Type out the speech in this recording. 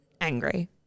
angry